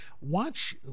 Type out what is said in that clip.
watch